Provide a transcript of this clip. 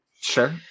Sure